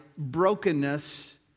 brokenness